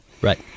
Right